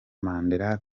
mandela